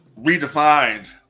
redefined